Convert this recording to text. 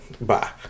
Bye